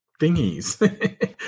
thingies